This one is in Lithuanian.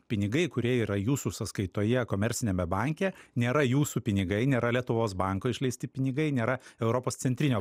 pinigai kurie yra jūsų sąskaitoje komerciniame banke nėra jūsų pinigai nėra lietuvos banko išleisti pinigai nėra europos centrinio